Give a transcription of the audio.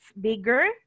bigger